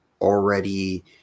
already